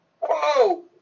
Whoa